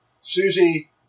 Susie